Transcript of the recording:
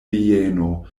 bieno